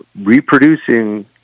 reproducing